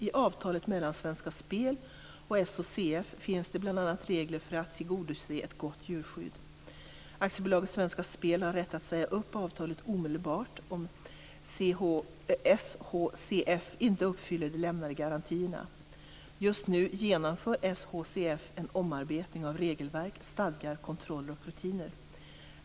I avtalet mellan Svenska Spel och SHCF finns det bl.a. regler för att tillgodose ett gott djurskydd. AB Svenska Spel har rätt att säga upp avtalet omedelbart om SHCF inte uppfyller de lämnade garantierna. Just nu genomför SHCF en omarbetning av regelverk, stadgar, kontroller och rutiner.